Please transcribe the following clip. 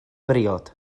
briod